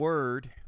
word